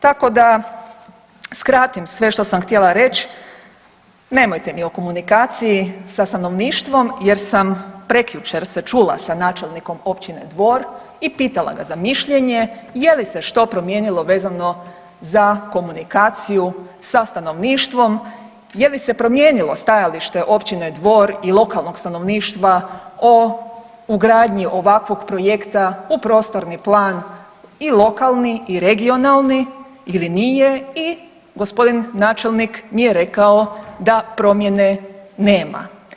Tako da skratim sve što sam htjela reći, nemojte mi o komunikaciji sa stanovništvom jer sam prekjučer se čula sa načelnikom općine Dvor i pitala ga za mišljenje je li se što promijenilo vezano za komunikaciju sa stanovništvom, je li se promijenilo stajalište općine Dvor i lokalnog stanovništva o ugradnji ovakvog projekta u prostorni plan i lokalni i regionalni ili nije i gospodin načelnik mi je rekao da promjene nema.